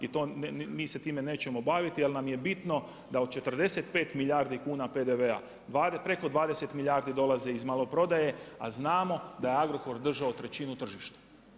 I mi se time nećemo baviti, ali nam je bitno da od 45 milijardi kuna PDV-a, preko 20 milijardi dolaze iz maloprodaje, a znamo da je Agrokor držao trećinu tržišta.